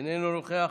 איננו נוכח,